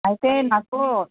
అయితే నాకు